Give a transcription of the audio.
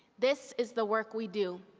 this is the work we do